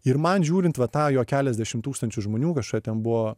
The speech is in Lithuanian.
ir man žiūrint va tą jo keliasdešimt tūkstančių žmonių kažkokia ten buvo